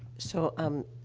so, um,